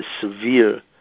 severe